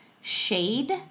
shade